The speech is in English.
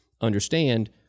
understand